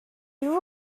vous